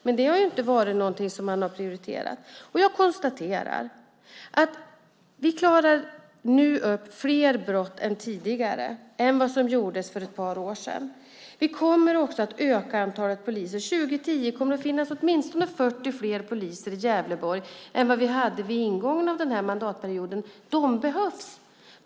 Men det har inte varit något som man har prioriterat. Jag konstaterar att vi nu klarar upp fler brott än tidigare, än vad som gjordes för ett par år sedan. Vi kommer också att öka antalet poliser. År 2010 kommer det att finnas åtminstone 40 fler poliser i Gävleborg än vad vi hade vid ingången av den här mandatperioden. De behövs.